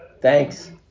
Thanks